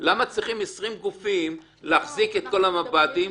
למה צריכים 20 גופים להחזיק את כל המב"דים?